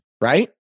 right